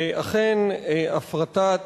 אכן הפרטת